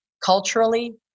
culturally